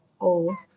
old